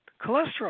cholesterol